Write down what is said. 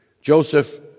Joseph